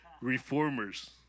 reformers